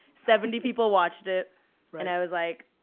seventy people watched it and i was like,